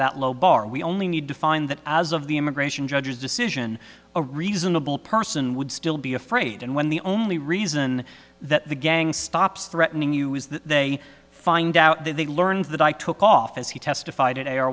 that low bar we only need to find that as of the immigration judge's decision a reasonable person would still be afraid and when the only reason that the gang stops threatening you is that they find out that they learned that i took off as he testified a